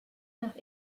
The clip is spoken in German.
nach